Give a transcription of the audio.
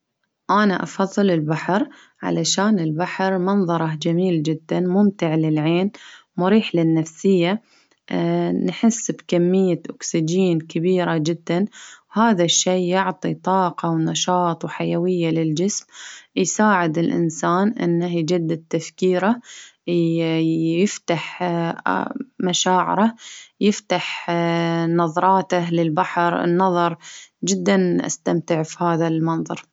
أنا أفظل البحر، علشان البحر منظره جميل جدا ،ممتع للعين مريح للنفسية نحس بكمية أكسجين كبيرة جدا هذا الشي يعطي طاقة ونشاط وحيوية للجسم، يساعد الإنسان إنه يجدد تفكيره ،يي يفتح مشاعره ،يفتح اه نظراته للبحر، النظر جدا استمتع في هذا المنظر.